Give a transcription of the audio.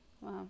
Wow